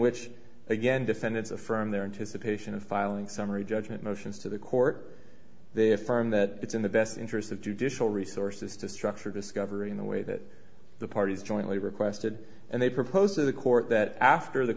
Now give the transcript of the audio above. which again defendants affirm their intice a patient of filing summary judgment motions to the court they affirm that it's in the best interest of judicial resources to structure discovery in the way that the parties jointly requested and they proposed to the court that after the